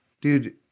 dude